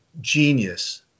genius